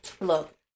Look